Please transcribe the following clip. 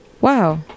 Wow